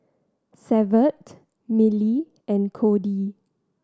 Severt Millie and Cody